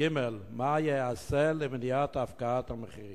3. מה ייעשה למניעת הפקעת המחירים?